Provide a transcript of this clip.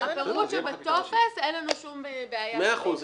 --- הפירוט שבטופס אין לנו שום בעיה --- מאה אחוז,